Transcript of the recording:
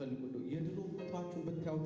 but you know